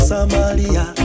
Somalia